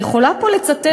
ואני יכולה פה לצטט,